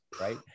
right